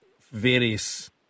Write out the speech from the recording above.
various